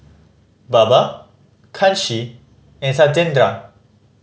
Baba Kanshi and Satyendra